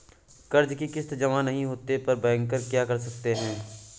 कर्ज कि किश्त जमा नहीं होने पर बैंकर क्या कर सकते हैं?